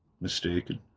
Mistaken